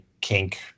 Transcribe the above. kink